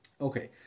Okay